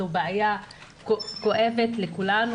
זו בעיה כואבת לכולנו.